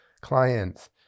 clients